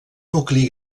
nucli